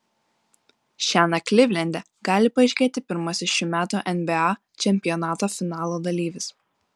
šiąnakt klivlende gali paaiškėti pirmasis šių metų nba čempionato finalo dalyvis